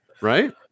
Right